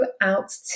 out